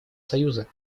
союза